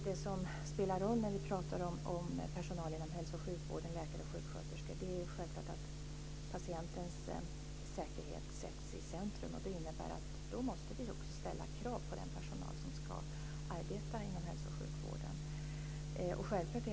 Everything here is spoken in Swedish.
Det som spelar roll när vi pratar om personal inom hälso och sjukvården, läkare och sjuksköterskor, är självfallet att patientens säkerhet sätts i centrum. Det innebär att vi också måste ställa krav på den personal som ska arbeta inom hälso och sjukvården.